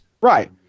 Right